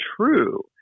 true